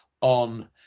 on